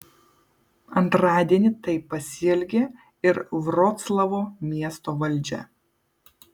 antradienį taip pasielgė ir vroclavo miesto valdžia